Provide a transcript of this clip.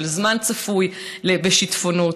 של זמן צפוי בשיטפונות,